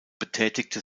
betätigte